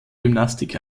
gymnastik